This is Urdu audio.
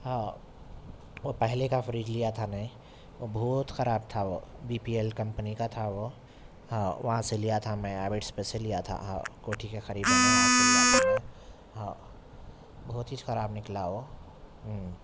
ہاں وہ پہلے کا فریج لیا تھا میں وہ بہت خراب تھا وہ بی پی ایل کمپنی کا تھا وہ ہاں وہاں سے لیا تھا میں اوائٹس پہ سے لیا تھا ہاں کوٹھی کے قریب ہاں بہت ہی خراب نکلا وہ